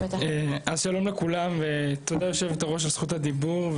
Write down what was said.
אז שלום לכולם ותודה היושבת-ראש על זכות הדיבור,